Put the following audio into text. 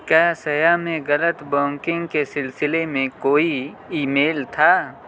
کیا سیاح میں غلط بوکنگ کے سلسلے میں کوئی ای میل تھا